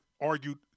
argued